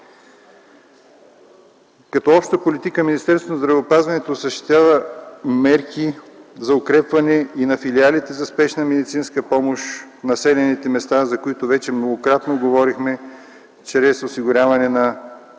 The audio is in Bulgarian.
Като обща политика Министерството на здравеопазването осъществява мерки за укрепване и на филиалите за спешна медицинска помощ в населените места, за които вече многократно говорихме чрез осигуряване на